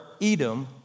Edom